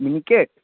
Miniket